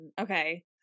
Okay